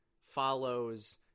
follows